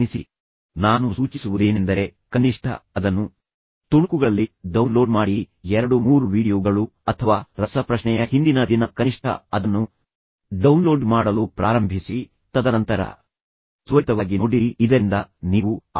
ಈಗ ನೀವು ಅಸ್ಪಷ್ಟ ರೀತಿಯವರಾಗಿದ್ದರೆ ಮತ್ತು ನಂತರ ನೀವು ಅದನ್ನು ಡೌನ್ಲೋಡ್ ಮಾಡಲು ಸೋಮಾರಿಯಾಗಿದ್ದರೆ ನಾನು ಸೂಚಿಸುವುದೇನೆಂದರೆ ಕನಿಷ್ಠ ಅದನ್ನು ತುಣುಕುಗಳಲ್ಲಿ ಡೌನ್ಲೋಡ್ ಮಾಡಿ 2 3 ವೀಡಿಯೊ ಗಳು ಅಥವಾ ಕನಿಷ್ಠ ರಸಪ್ರಶ್ನೆಯ ಹಿಂದಿನ ದಿನ ಕನಿಷ್ಠ ಅದನ್ನು ಡೌನ್ಲೋಡ್ ಮಾಡಲು ಪ್ರಾರಂಭಿಸಿ ತದನಂತರ ತ್ವರಿತವಾಗಿ ನೋಡಿರಿ ಇದರಿಂದ ನೀವು ಆ ವಾರದ ಪಾಠವನ್ನು ಪೂರ್ಣಗೊಳಿಸುತ್ತೀರಿ